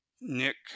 nick